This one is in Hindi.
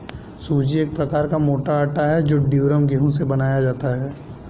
सूजी एक प्रकार का मोटा आटा है जो ड्यूरम गेहूं से बनाया जाता है